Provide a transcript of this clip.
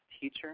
teacher